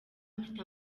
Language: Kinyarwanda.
mfite